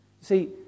See